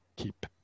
Keep